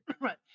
Right